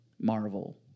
Marvel